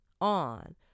on